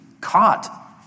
caught